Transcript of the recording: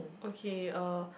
okay uh